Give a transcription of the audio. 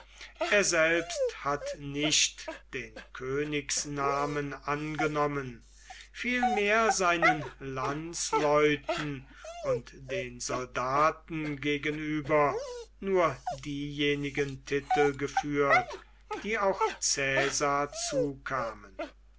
er selbst hat nicht den königsnamen angenommen vielmehr seinen landsleuten und den soldaten gegenüber nur diejenigen titel geführt die auch caesar zukamen